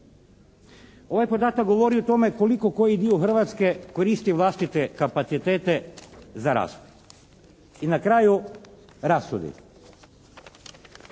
Ovaj podatak govori o tome koliko koji dio Hrvatske koristi vlastite kapacitete za razvoj. I na kraju, rashodi.